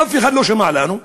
אף אחד לא שמע לנו,